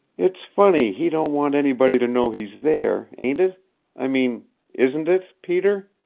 it's funny he don't want anybody to know he's there, ain't it i mean isn't it, peter?